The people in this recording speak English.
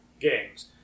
games